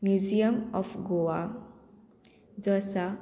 museum of Goa जो आसा